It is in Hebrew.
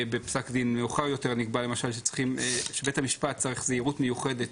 בפסק דין מאוחר יותר נקבע למשל שבית המשפט צריך זהירות מיוחדת